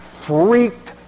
freaked